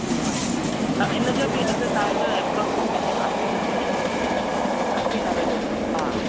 इयो आहे इन जो बि अघु तव्हांजो एप्रोक्सनि पेईजंदव असी नवें रुपया असी नवें जंहिं हिसाबु सां हा